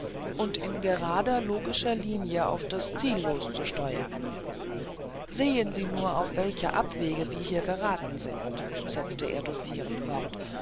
und in gerader logischer linie auf das ziel loszusteuern sehen sie nur auf welche abwege wir geraten sind setzte er dozierend fort